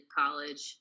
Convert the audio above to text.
college